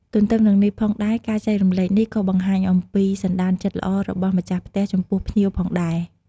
ទន្ទឹមនឹងនេះផងដែរ ការចែករំលែកនេះក៏បង្ហាញអំពី សន្តានចិត្តល្អរបស់ម្ចាស់ផ្ទះចំពោះភ្ញៀវផងដែរ។